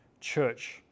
church